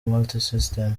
multisystem